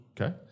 Okay